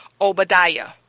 Obadiah